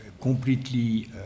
completely